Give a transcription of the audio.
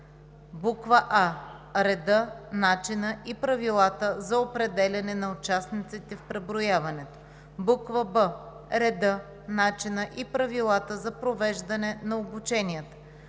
а) реда, начина и правилата за определяне на участниците в преброяването; б) реда, начина и правилата за провеждане на обученията;